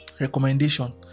recommendation